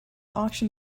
auction